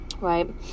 right